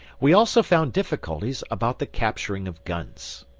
we also found difficulties about the capturing of guns.